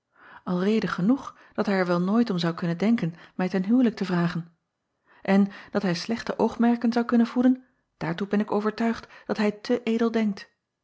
l reden genoeg dat hij er wel nooit om zou kunnen denken mij ten huwelijk te vragen en dat hij slechte oogmerken zou kunnen voeden daartoe ben ik overtuigd dat hij te edel denkt